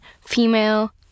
female